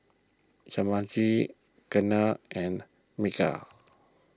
Jehangirr Ketna and Milkha